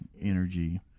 energy